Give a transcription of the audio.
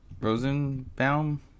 rosenbaum